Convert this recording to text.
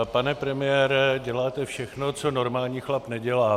Pane premiére, děláte všechno, co normální chlap nedělá.